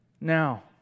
now